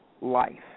life